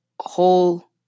whole